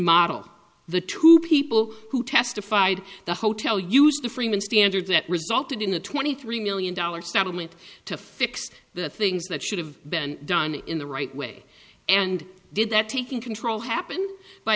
model the two people who testified the hotel used to freeman standards that resulted in a twenty three million dollars settlement to fix the things that should have been done in the right way and did that taking control happen by